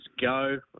go